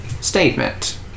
Statement